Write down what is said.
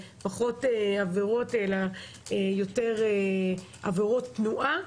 פחות עבירות אלא יותר עבירות תנועה.